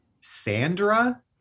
Sandra